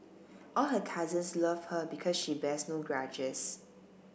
all her cousins love her because she bears no grudges